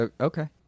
Okay